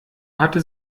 hatte